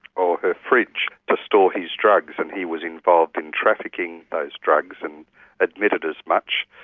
or her fridge, to store his drugs. and he was involved in trafficking those drugs, and admitted as much.